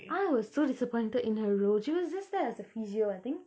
I was so disappointed in her role she was just there as a physio I think